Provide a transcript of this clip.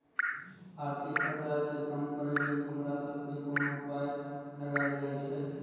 आर्थिक खतरा के कम करेके लेल हमरा सभके कोनो उपाय लगाएल जाइ छै